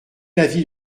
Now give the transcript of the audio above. l’avis